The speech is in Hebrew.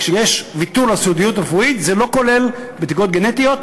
כשיש ויתור על סודיות רפואית זה לא כולל בדיקות גנטיות,